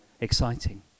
exciting